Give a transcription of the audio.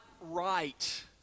right